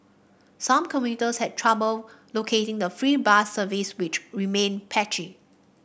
some commuters had trouble locating the free bus service which remained patchy